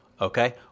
Okay